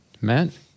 Matt